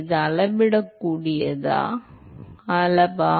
இது அளவிடக்கூடிய அளவா